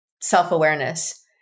self-awareness